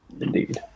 indeed